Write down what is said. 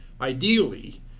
Ideally